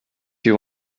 you